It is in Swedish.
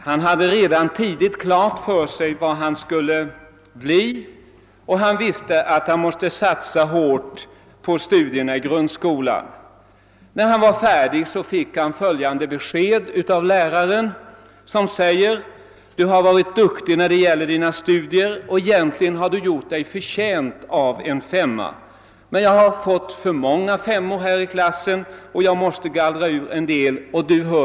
Han hade redan tidigt bestämt sig för vad han skulle bli, och han visste att han måste satsa hårt på studierna i grundskolan. När han var färdig med denna fick han det beskedet av läraren att han hade varit duktig i sina studier och egentligen hade gjort sig förtjänt av en 5:a. Läraren hade emellertid fått för många 5:or i klassen och måste gallra ut en del av dem.